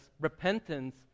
repentance